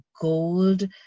gold